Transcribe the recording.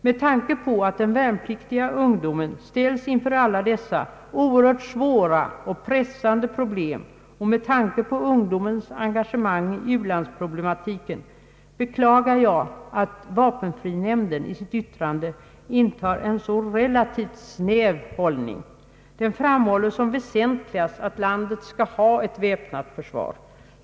Med tanke på att den värnpliktiga ungdomen ställs inför alla dessa oerhört svåra och pressande problem och med tanke på ungdomens engagemang i ulandsproblematiken beklagar jag att vapenfrinämnden i sitt yttrande intar en så relativt snäv hållning. Den framhåller som väsentligast att landet skall ha ett väpnat försvar.